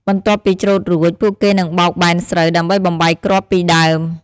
បន្ទាប់ពីច្រូតរួច ពួកគេនឹងបោកបែនស្រូវ ដើម្បីបំបែកគ្រាប់ពីដើម។